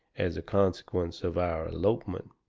as a consequence of our elopement,